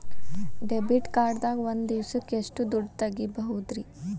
Debit card ದಾಗ ಒಂದ್ ದಿವಸಕ್ಕ ಎಷ್ಟು ದುಡ್ಡ ತೆಗಿಬಹುದ್ರಿ?